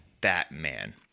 Batman